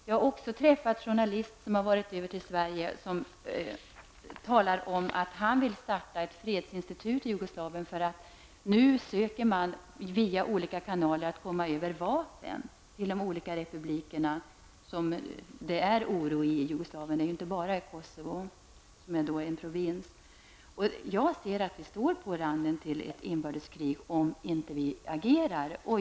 Jag har också träffat en journalist som har varit i Sverige och som talat om att han vill starta ett fredsinstitut i Jugoslavien. Nu söker man nämligen via olika kanaler komma över vapen i de olika republikerna där det råder oro. Det är inte bara i Kosovoprovinsen det är oroligt. Jag ser att Jugoslavien står på randen till inbördeskrig om vi inte agerar.